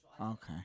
Okay